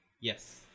yes